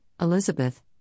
Elizabeth